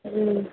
हूँ